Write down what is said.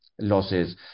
losses